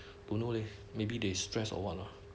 don't know leh maybe they stress or what lor